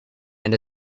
and